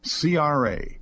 CRA